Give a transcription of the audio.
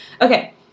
Okay